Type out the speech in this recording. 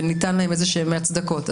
וניתן להם איזשהם הצדקות.